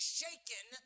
shaken